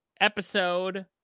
episode